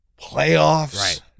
playoffs